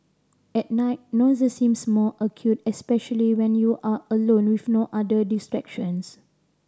at night noises seems more acute especially when you are alone with no other distractions